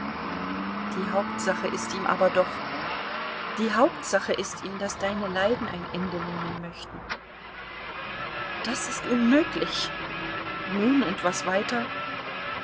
die hauptsache ist ihm aber doch die hauptsache ist ihm daß deine leiden ein ende nehmen möchten das ist unmöglich nun und was weiter